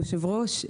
היושב-ראש,